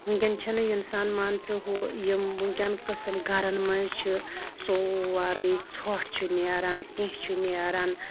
وٕنکیٚن چھِنہٕ اِنسان مان ژٕ ہُہ یِم وٕنکیٚن قٕسم گَرَن مَنٛز چھِ سورٕے ژھوٚٹھ چھُ نیران کینٛہہ چھُ نیران